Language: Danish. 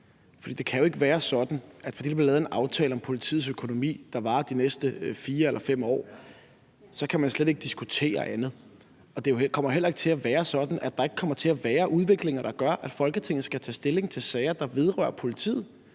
For det kan jo ikke være sådan, at fordi der er blevet lavet en aftale om politiets økonomi, der varer de næste 4 eller 5 år, kan man slet ikke diskutere andet. Og det kommer heller ikke til at være sådan, at der ikke kommer til at være udviklinger, der gør, at Folketinget skal tage stilling til sager, der vedrører politiet